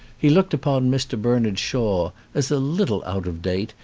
he looked upon mr. bernard shaw as a little out of date,